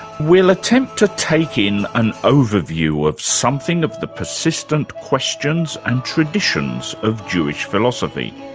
we'll attempt to take in an overview of something of the persistent questions and traditions of jewish philosophy.